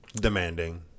demanding